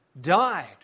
died